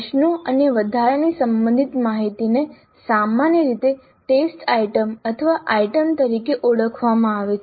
પ્રશ્નો અને વધારાની સંબંધિત માહિતીને સામાન્ય રીતે ટેસ્ટ આઇટમ અથવા આઇટમ તરીકે ઓળખવામાં આવે છે